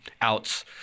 outs